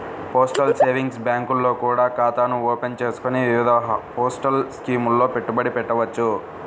postal savings బ్యాంకుల్లో కూడా ఖాతాను ఓపెన్ చేసుకొని వివిధ పోస్టల్ స్కీముల్లో పెట్టుబడి పెట్టవచ్చు